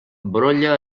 brolla